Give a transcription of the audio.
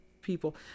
people